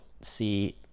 see